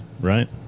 right